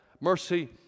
mercy